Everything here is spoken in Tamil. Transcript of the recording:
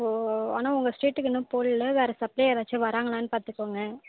ஓ ஓ ஆனால் உங்கள் ஸ்ட்ரீட்டுக்கு இன்னும் போடல வேறு சப்ளேயர் யாராச்சும் வரங்களானு பார்த்துக்கோங்க